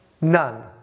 None